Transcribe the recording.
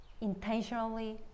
intentionally